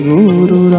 Guru